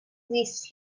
least